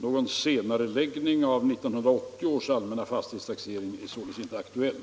En senareläggning av 1980 års allmänna fastighetstaxering är således inte aktuell.